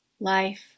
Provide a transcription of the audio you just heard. Life